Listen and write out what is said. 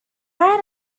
had